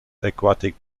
aquatic